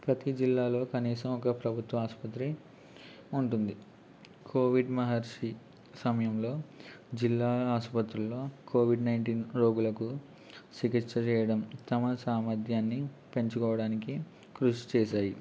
ప్రతి జిల్లాలో కనీసం ఒక ప్రభుత్వ ఆసుపత్రి ఉంటుంది కోవిడ్ మహమ్మారి సమయంలో జిల్లా ఆసుపత్రిలో కోవిడ్ నైన్టీన్ రోగులకు చికిత్స చేయడం తమ సామర్థ్యాన్ని పెంచుకోవడానికి కృషి చేశాయి